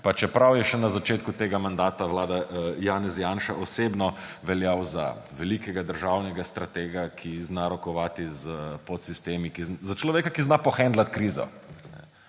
pa čeprav je še na začetku tega mandata Janez Janša osebno veljal za velikega državnega stratega, ki zna rokovati s podsistemi, za človeka, ki zna pohendlati krizo.